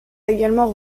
également